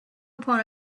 upon